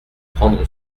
prendre